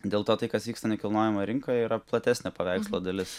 dėl to tai kas vyksta nekilnojamoje rinkoje yra platesnio paveikslo dalis